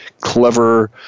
clever